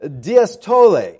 diastole